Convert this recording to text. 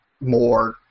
more